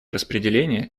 распределения